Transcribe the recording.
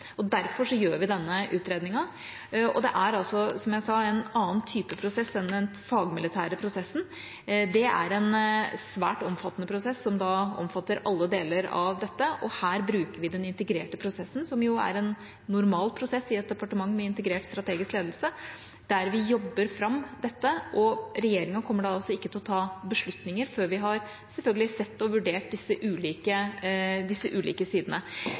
perspektiv. Derfor gjør vi denne utredningen. Det er, som jeg sa, en annen type prosess enn den fagmilitære prosessen. Det er en svært omfattende prosess som omfatter alle deler av dette, og her bruker vi den integrerte prosessen, som er en normal prosess i et departement med integrert strategisk ledelse, der vi jobber fram dette. Og regjeringa kommer selvfølgelig ikke til å ta beslutninger før vi har sett og vurdert disse ulike sidene.